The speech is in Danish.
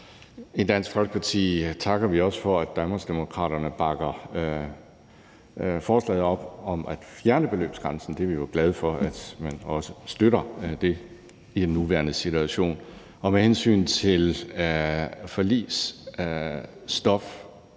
I Dansk Folkeparti takker vi også for, at Danmarksdemokraterne bakker forslaget op om at fjerne beløbsgrænsen. Det er vi jo glade for at man også støtter i den nuværende situation. Med hensyn til forligsstof er